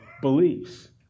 beliefs